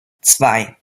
zwei